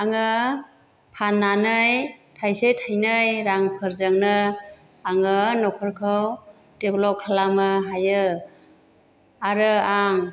आङो फान्नानै थाइसे थाइनै रांफोरजोंनो आङो नखरखौ डेब्लप खालामनो हायो आरो आं